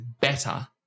better